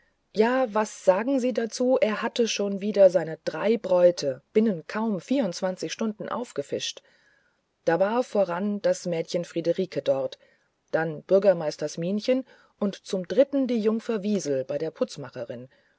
ja was sagen sie dazu er hatte schon wieder seine drei bräute binnen kaum vierundzwanzig stunden aufgefischt da war voran das mädchen friederike dort dann bürgermeisters minchen und zum dritten die jungfer wiesel bei der